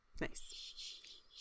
Nice